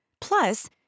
Plus